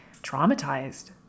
traumatized